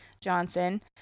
Johnson